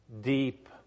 deep